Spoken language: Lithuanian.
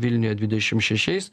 vilniuje dvidešim šešiais